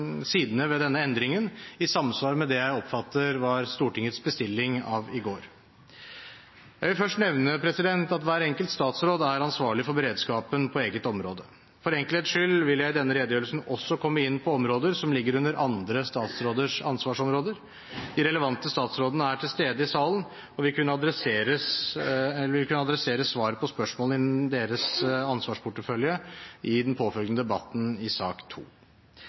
sidene ved denne endringen i samsvar med det jeg oppfattet var Stortingets bestilling av i går. Jeg vil først nevne at hver enkelt statsråd er ansvarlig for beredskapen på eget område. For enkelthets skyld vil jeg i denne redegjørelsen også komme inn på områder som ligger innunder andre statsråders ansvarsområder. De relevante statsrådene er til stede i salen og vil kunne adressere svar på spørsmål innenfor deres ansvarsportefølje i den påfølgende debatten i sak